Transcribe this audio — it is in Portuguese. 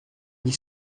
que